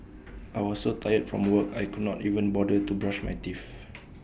I was so tired from work I could not even bother to brush my teeth